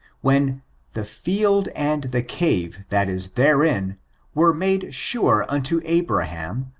when the field and the cave that is therein were made sure unto abraham,